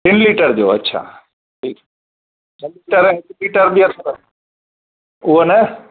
टिनि लीटर जो अच्छा ठीकु ॿ लीटर हिक लीटर बि अथव उहो न